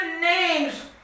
names